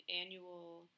annual